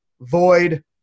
Void